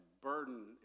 burden